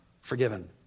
forgiven